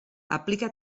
aplica